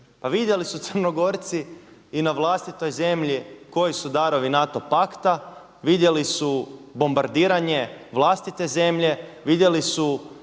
Pa vidjeli su Crnogorci i na vlastitoj zemlji koji su darovi NATO pakta, vidjeli su bombardiranje vlastite zemlje, vidjeli su